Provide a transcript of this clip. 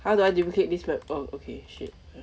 how do I duplicate this wrapper okay shit